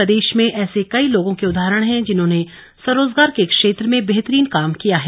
प्रदेश में ऐसे कई लोगों के उदाहरण हैं जिन्होंने स्वरोजगार के क्षेत्र में बेहतरीन काम किया है